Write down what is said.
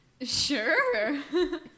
Sure